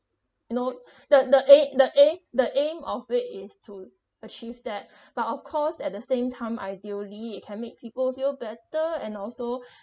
you know that the aim the aim the aim of it is to achieve that but of course at the same time ideally it can make people feel better and also